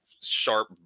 sharp